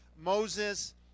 Moses